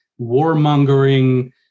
warmongering